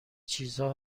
چیزها